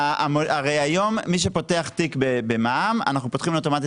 הרי היום מי שפותח תיק במע"מ אנחנו פותחים לו אוטומטית